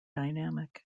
dynamic